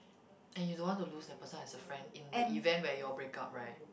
and you don't want to lose that person as a friend in the event where you all break up right